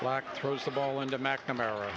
black throws the ball into mcnamara